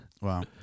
Wow